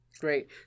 Great